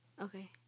Okay